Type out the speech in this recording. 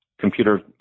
computer